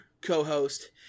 co-host